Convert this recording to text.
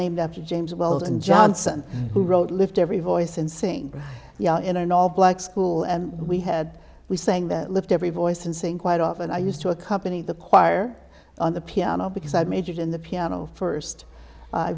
named after james weldon johnson who wrote lift every voice and sing in an all black school and we had we saying that lift every voice and sing quite often i used to accompany the choir on the piano because i majored in the piano f